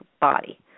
body